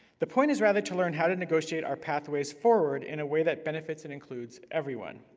the point is rather to learn how to negotiate our pathways forward in a way that benefits and includes everyone.